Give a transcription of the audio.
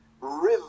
river